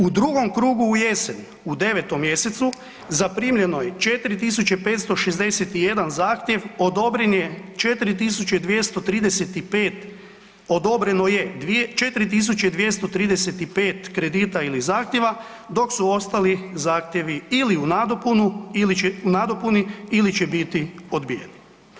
U drugom krugu u jesen u 9. mjesecu zaprimljeno je 4561 zahtjev, odobren je 4235, odobreno je 4235 kredita ili zahtjeva dok su ostali zahtjevi ili u nadopunu ili će, u nadopuni ili će biti odbijeni.